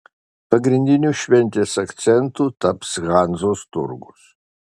pagrindiniu šventės akcentu taps hanzos turgus